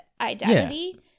identity